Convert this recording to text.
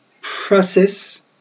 process